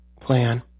plan